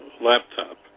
laptop